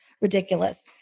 ridiculous